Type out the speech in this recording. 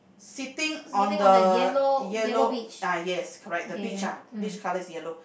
sitting on the yellow ah yes correct the beach ah beach colour is yellow